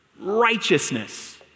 righteousness